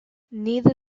neither